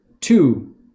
two